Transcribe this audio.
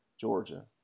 Georgia